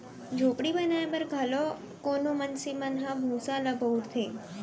झोपड़ी बनाए बर घलौ कोनो मनसे मन ह भूसा ल बउरथे